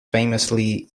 famously